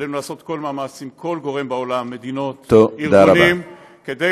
ועלינו להגן על מדינת ישראל מכל